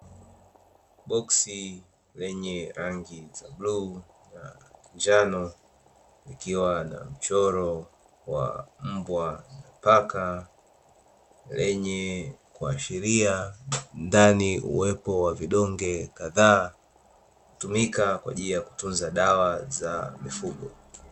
Boksi lenye rangi za bluu na njano likiwa na mchoro wa mbwa na paka lenye kuashiria ndani uwepo wa vidonge kadhaa hutumika kwa ajili ya kutunza dawa za mifugo.